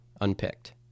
unpicked